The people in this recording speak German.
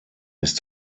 ist